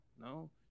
no